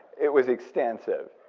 it was extensive.